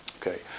okay